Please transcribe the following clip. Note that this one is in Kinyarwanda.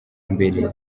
mbere